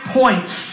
points